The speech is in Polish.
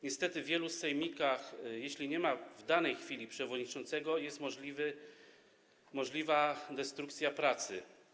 Niestety w wielu sejmikach, jeśli nie ma w danej chwili przewodniczącego, jest możliwa destrukcja pracy.